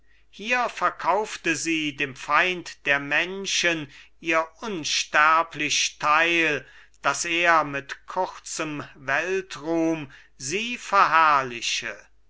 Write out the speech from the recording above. hier verkaufte sie dem feind der menschen ihr unsterblich teil daß er mit kurzem weltruhm sie verherrliche